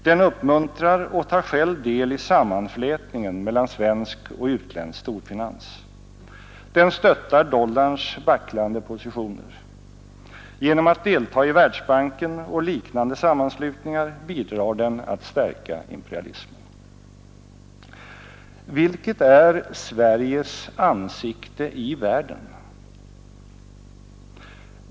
Den uppmuntrar och tar själv del i sammanflätningen mellan svensk och utländsk storfinans. Den stöttar dollarns vacklande positioner. Genom att delta i Världsbanken och liknande sammanslutningar bidrar den att stärka imperialismen. Vilket är Sveriges ansikte i världen?